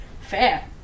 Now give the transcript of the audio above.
Fair